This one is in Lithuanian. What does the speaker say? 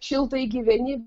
šiltai gyveni